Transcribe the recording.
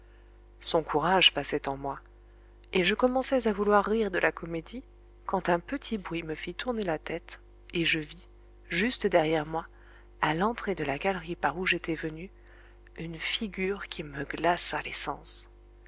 son courage passait en moi et je commençais à vouloir rire de la comédie quand un petit bruit me fît tourner la tête et je vis juste derrière moi à l'entrée de la galerie par où j'étais venu une figure qui me glaça les